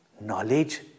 knowledge